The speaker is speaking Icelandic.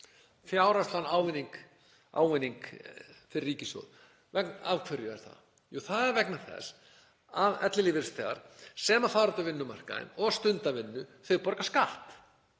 fjárhagslegan ávinning fyrir ríkissjóð. Af hverju er það? Jú, það er vegna þess að ellilífeyrisþegar sem fara út á vinnumarkaðinn og stunda vinnu borga skatta